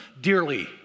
dearly